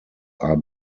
are